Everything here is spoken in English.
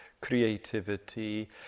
creativity